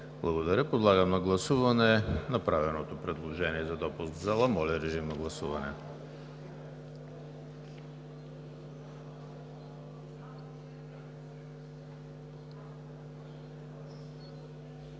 Благодаря. Подлагам на гласуване направеното предложение за допуск в залата. Гласували